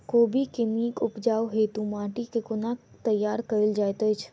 कोबी केँ नीक उपज हेतु माटि केँ कोना तैयार कएल जाइत अछि?